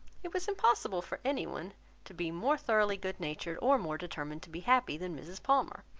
it was impossible for any one to be more thoroughly good-natured, or more determined to be happy than mrs. palmer.